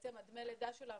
בעצם דמי הלידה שלה